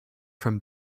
from